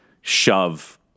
shove